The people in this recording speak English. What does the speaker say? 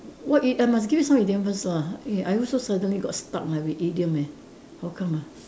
what i~ I must give you some idiom first lah eh I also suddenly got stuck lah with my idiom eh how come ah